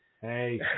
hey